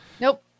Nope